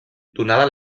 donada